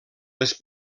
les